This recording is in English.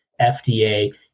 FDA